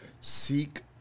Seek